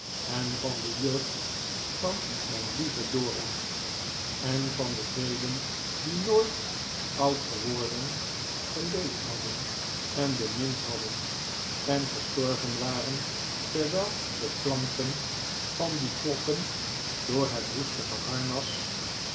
en van de jeugd van mijn lieve dora en van de velen die nooit oud geworden geleefd hadden en bemind hadden en gestorven waren terwijl de klanken van die klokken door het roestige harnas